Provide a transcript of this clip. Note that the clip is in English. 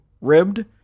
ribbed